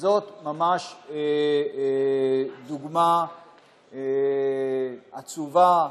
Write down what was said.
וזאת ממש דוגמה עצובה,